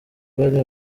abari